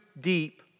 deep